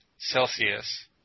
Celsius